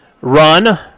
run